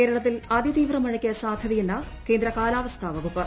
കേരളത്തിൽ അതിതീവ്ര മഴയ്ക്ക് സാധൃത്യെന്ന് കേന്ദ്ര കാലാവസ്ഥാ വകുപ്പ്